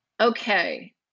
Okay